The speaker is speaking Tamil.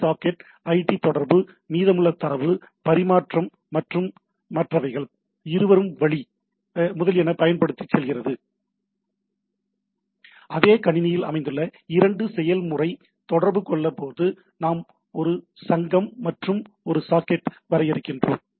இந்த சாக்கெட் ஐடி தொடர்பு மீதமுள்ள தரவு பரிமாற்றம் மற்றும் மற்றவைகள் இருவரும் வழி முதலியன பயன்படுத்தி செல்கிறது எனவே அதே கணினியில் அமைந்துள்ள இரண்டு செயல்முறை தொடர்பு கொள்ள போது நாம் ஒரு சங்கம் மற்றும் ஒரு சாக்கெட் வரையறுக்கின்றோம்